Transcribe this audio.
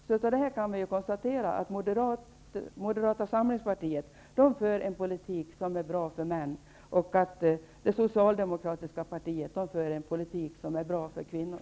Av detta kan vi konstatera att Moderata samlingspartiet för en politik som är bra för män och att det socialdemokratiska partiet för en politik som är bra för kvinnor.